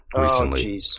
recently